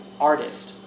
artist